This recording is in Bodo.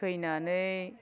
फिफैनानै